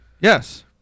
yes